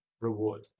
reward